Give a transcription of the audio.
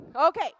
Okay